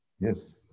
Yes